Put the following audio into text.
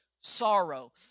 sorrow